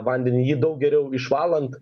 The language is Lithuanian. vandenį jį daug geriau išvalant